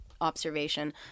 observation